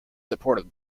supported